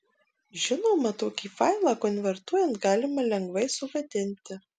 žinoma tokį failą konvertuojant galima lengvai sugadinti